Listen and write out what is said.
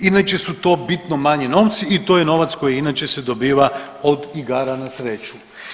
Inače su to bitno manji novci i to je novac koji inače se dobiva od igara na sreću.